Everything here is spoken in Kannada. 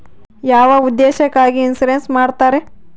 ಯಾವ ಉದ್ದೇಶಕ್ಕಾಗಿ ಇನ್ಸುರೆನ್ಸ್ ಮಾಡ್ತಾರೆ?